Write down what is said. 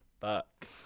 Fuck